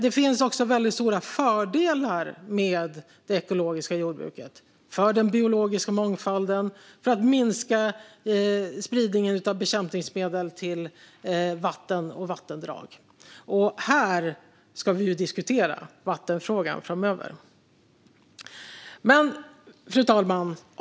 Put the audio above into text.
Det finns också stora fördelar med det ekologiska jordbruket för den biologiska mångfalden och för att minska spridningen av bekämpningsmedel till vatten och vattendrag. Här ska vi ju snart debattera vattenfrågan. Fru talman!